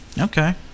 Okay